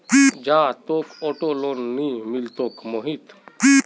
जा, तोक auto loan नइ मिलतोक मोहित